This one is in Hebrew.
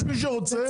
יש מי שרוצה,